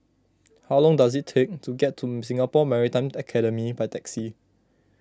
how long does it take to get to Singapore Maritime Academy by taxi